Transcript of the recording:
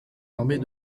armées